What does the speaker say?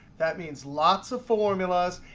that means lots of formulas,